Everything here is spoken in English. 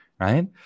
right